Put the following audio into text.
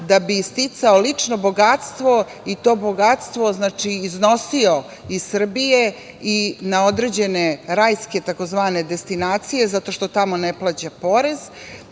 da bi sticao lično bogatstvo, i to bogatstvo iznosio iz Srbije i na određene rajske, tzv. destinacije, zato što tamo ne plaća porez